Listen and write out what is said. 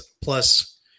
Plus